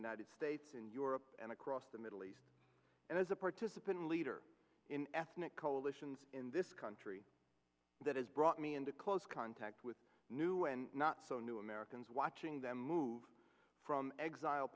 united states and europe and across the middle east and as a participant leader in ethnic coalitions in this country that has brought me in close contact with new and not so new americans watching them move from exile